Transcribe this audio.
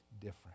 different